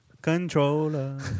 Controller